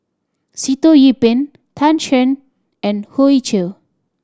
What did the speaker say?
Sitoh Yih Pin Tan Shen and Hoey Choo